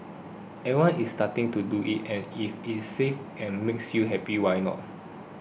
everyone is starting to do it and if it is safe and makes you happy why not